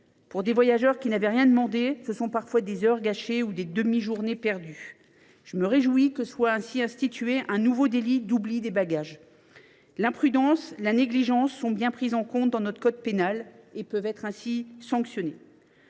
Pour des voyageurs qui n’avaient rien demandé, ce sont parfois des heures gâchées ou des demi journées perdues. Aussi, je me réjouis que soit institué un nouveau délit d’oubli des bagages. Après tout, l’imprudence et la négligence sont bien déjà prises en compte dans notre code pénal et peuvent être sanctionnées.